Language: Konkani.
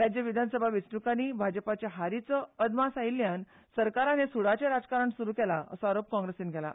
राज्य विधानसभा वेंचणुकांनी भाजपाक हारीचो अदमास आयिल्ल्यान सरकारान हें सुडाचें राजकारण सुरू केलां असो आरोप काँग्रेसीन केला